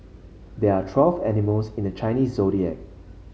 there are twelve animals in the Chinese Zodiac